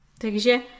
Takže